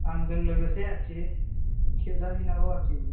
आंजों लोगोसे आरोखि खेबजाहैनांगौ आरोखि